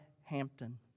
Hampton